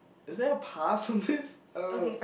is there a pass on this I don't know